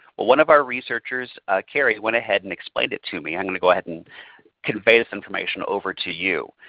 one of our researchers kerry went ahead and explained it to me and i'm going to go ahead and convey this information over to you.